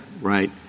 right